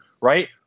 right